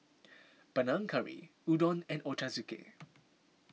Panang Curry Udon and Ochazuke